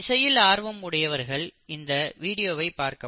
இசையில் ஆர்வம் உடையவர்கள் இந்த வீடியோவை பார்க்கவும்